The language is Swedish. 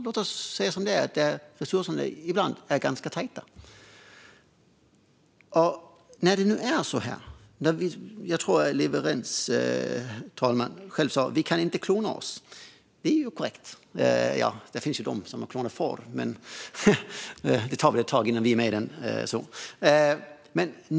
Låt oss säga som det är: Resurserna är ibland ganska små. Jag tror att ledamoten sa att vi inte kan klona oss. Får har visserligen klonats, men det tar nog ett tag innan vi kan klona människor.